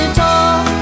talk